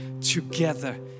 together